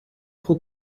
pro